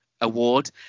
award